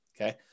okay